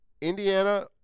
Indiana